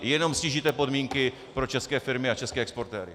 Jenom ztížíte podmínky pro české firmy a české exportéry.